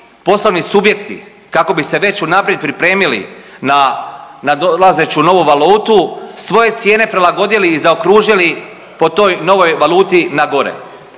poslovni subjekti kako bi se već unaprijed pripremili na nadolazeću novu valutu svoje cijene prilagodili i zaokružili po toj novoj valuti na gore.